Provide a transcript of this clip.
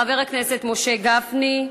חבר הכנסת משה גפני,